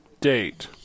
date